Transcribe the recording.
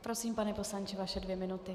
Prosím, pane poslanče, vaše dvě minuty.